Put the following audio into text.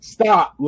Stop